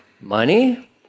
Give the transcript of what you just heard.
money